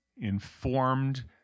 informed